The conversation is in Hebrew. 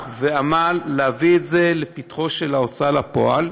ועמל להביא את זה לפתחה של ההוצאה לפועל,